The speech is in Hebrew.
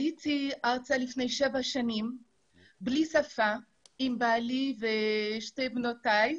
עליתי עם עלי ועם שתי בנותיי.